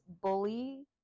bully